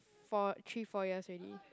for three four years already